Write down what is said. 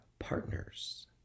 partners